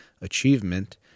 achievement